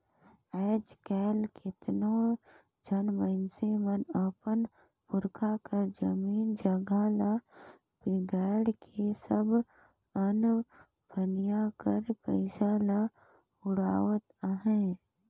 आएज काएल केतनो झन मइनसे मन अपन पुरखा कर जमीन जगहा ल बिगाएड़ के सब अनभनिया कर पइसा ल उड़ावत अहें